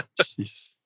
Jeez